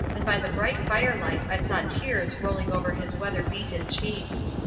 and by the bright firelight i saw tears rolling over his weather-beaten cheeks.